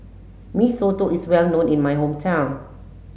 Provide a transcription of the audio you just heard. Mee Soto is well known in my hometown